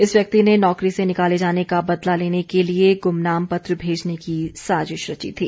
इस व्यक्ति ने नौकरी से निकाले जाने का बदला लेने के लिए गुमनाम पत्र भेजने की साजिश रची थी